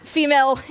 female